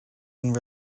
and